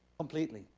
completely.